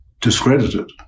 discredited